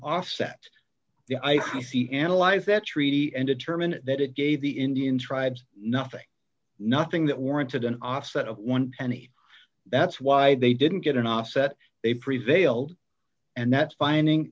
offset the i c c analyze that treaty and determine that it gave the indian tribes nothing nothing that warranted an offset of one penny that's why they didn't get an offset they prevailed and that's finding